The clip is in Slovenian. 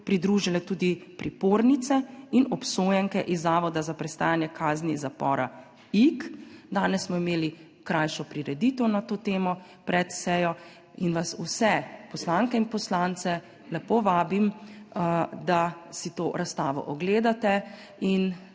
pridružile tudi pripornice in obsojenke iz Zavoda za prestajanje kazni zapora Ig. Danes smo imeli pred sejo krajšo prireditev na to temo. Vse poslanke in poslance vas lepo vabim, da si to razstavo ogledate in